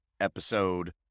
episode